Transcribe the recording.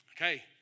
Okay